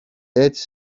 έτσι